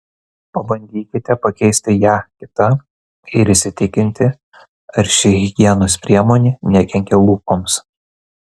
pabandykite pakeisti ją kita ir įsitikinti ar ši higienos priemonė nekenkia lūpoms